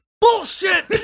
Bullshit